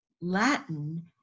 Latin